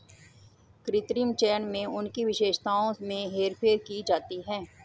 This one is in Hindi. कृत्रिम चयन में उनकी विशेषताओं में हेरफेर की जाती है